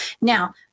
Now